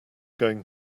going